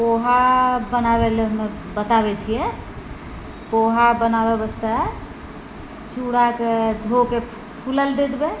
पोहा बनाबै लेल हम बताबै छियै पोहा बनाबै वास्ते चूड़ाके धोके फुलै लेल दै देबै